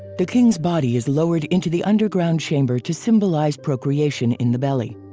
the king's body is lowered into the underground chamber to symbolize procreation in the belly.